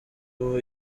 ubu